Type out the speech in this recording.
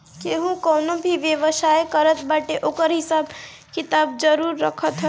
केहू कवनो भी व्यवसाय करत बाटे ओकर हिसाब किताब जरुर रखत हवे